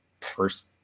first